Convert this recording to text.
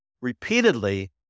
repeatedly